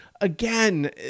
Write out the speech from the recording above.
Again